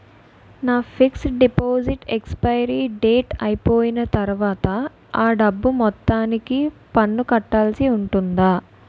నా fixed deposit expiry date అయిపోయిన తర్వాత అ డబ్బు మొత్తానికి పన్ను కట్టాల్సి ఉంటుందా?